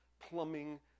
plumbing